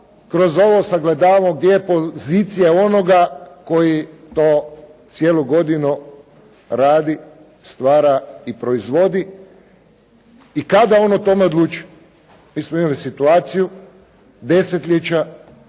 kroz ovo sagledavao pozicije onoga koji to cijelu godinu radi, stvara i proizvodi i kada on o tome odlučuje. Mi smo imali situaciju desetljeća